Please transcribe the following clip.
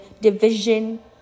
division